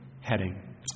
heading